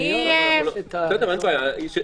אני --- אין בעיה.